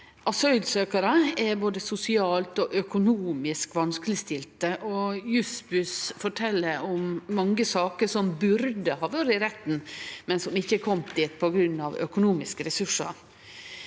Asylsøkjarar er både sosialt og økonomisk vanskelegstilte, og Jussbuss fortel om mange saker som burde ha vore i retten, men som ikkje har kome dit, på grunn av økonomiske resursar.